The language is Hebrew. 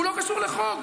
הוא לא קשור לחוק.